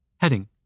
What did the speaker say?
Heading